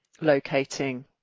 locating